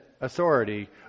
authority